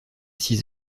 six